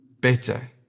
better